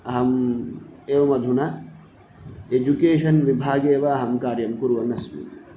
अहम् एवमधुना एजुकेषन् विभागे एव अहं कार्यं कुर्वन्नस्मि